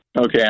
Okay